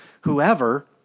whoever